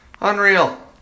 Unreal